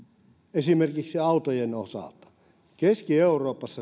esimerkiksi autojen osalta mutta keski euroopassa